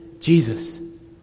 Jesus